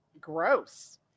Gross